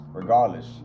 Regardless